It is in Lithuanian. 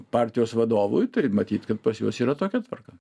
partijos vadovui tai matyt kad pas juos yra tokia tvarka